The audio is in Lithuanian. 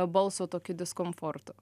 balso tokiu diskomfortu